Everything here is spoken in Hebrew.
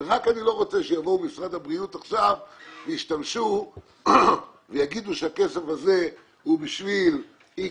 אני לא רוצה שיבואו משרד הבריאות עכשיו ויגידו שהכסף הזה הוא בשביל x,